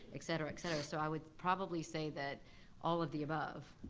et cetera, et cetera. so i would probably say that all of the above.